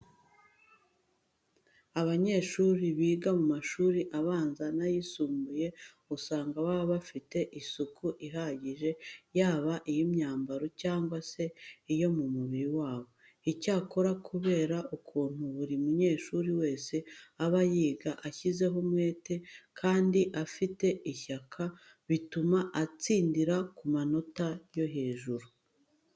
Abanyeshuri biga mu mashuri abanza n'ayisumbuye usanga baba bafite isuku ihagije yaba iy'imyambaro cyangwa se iyo mu mubiri wabo. Icyakora kubera ukuntu buri munyeshuri wese aba yiga ashyizeho umwete kandi afite n'ishyaka, bituma atsindira ku manota yo hejuru.